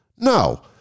No